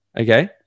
okay